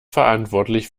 verantwortlich